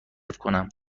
کنم